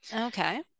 okay